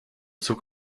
zog